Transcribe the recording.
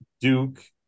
Duke